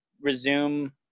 resume